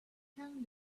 can